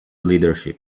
leadership